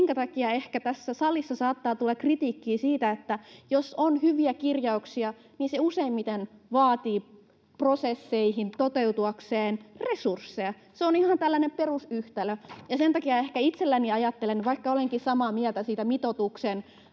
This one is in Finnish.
minkä takia ehkä tässä salissa saattaa tulla kritiikkiä siitä, että jos on hyviä kirjauksia, niin se useimmiten vaatii prosesseihin toteutuakseen resursseja? Se on ihan tällainen perusyhtälö. Sen takia ehkä itse ajattelen, vaikka olenkin samaa mieltä siitä mitoituksen